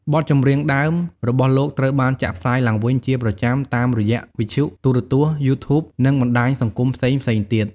បទចម្រៀងដើមរបស់លោកត្រូវបានចាក់ផ្សាយឡើងវិញជាប្រចាំតាមរយៈវិទ្យុ ទូរទស្សន៍ យូធូបនិងបណ្ដាញសង្គមផ្សេងៗទៀត ។